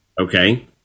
Okay